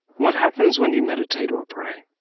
what happens when you meditate or pray?